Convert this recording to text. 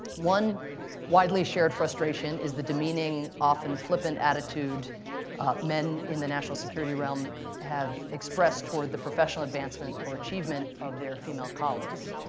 one widely-shared frustration is the demeaning, often flippant attitude men in the national security realm have expressed toward the professional advancement or achievement of their female colleagues.